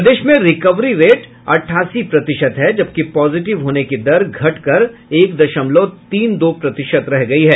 प्रदेश में recovery rate अट्ठासी प्रतिशत है जबकि पॉजिटिव होने की दर घटकर एक दशमलव तीन दो प्रतिशत रह गई है